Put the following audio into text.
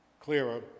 clearer